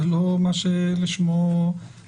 זה לא מה שלשמו התכנסנו.